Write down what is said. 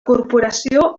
corporació